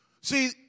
See